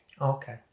okay